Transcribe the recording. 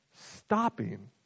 Stopping